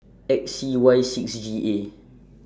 X C Y six G A